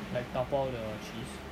like 打包 the cheese